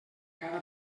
cada